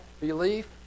belief